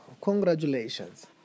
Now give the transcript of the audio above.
Congratulations